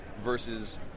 versus